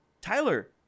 Tyler